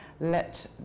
let